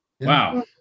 wow